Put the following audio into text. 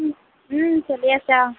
চলি আছে আৰু